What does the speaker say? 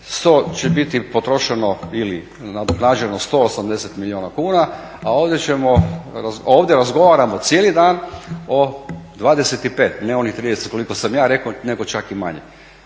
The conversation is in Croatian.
100 će biti potrošeno ili nadoknađeno 180 milijuna kuna a ovdje razgovaramo cijeli dan o 25, ne onih 30 koliko sam ja rekao nego čak i manje.